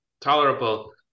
tolerable